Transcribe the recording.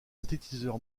synthétiseur